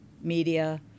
media